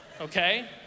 okay